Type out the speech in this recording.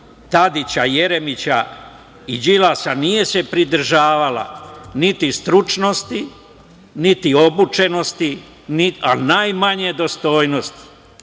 Tadića, Jeremića i Đilasa nije se pridržavala niti stručnosti, niti obučenosti, a najmanje dostojnost.